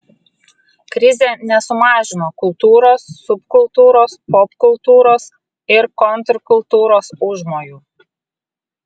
krizė nesumažino kultūros subkultūros popkultūros ir kontrkultūros užmojų